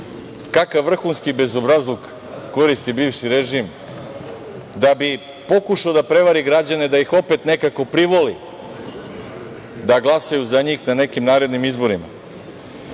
kakav vrhunski bezobrazluk koristi bivši režim da bi pokušao da prevari građane, da ih opet nekako privoli da glasaju za njih na nekim narednim izborima. Sad